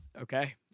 Okay